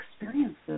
experiences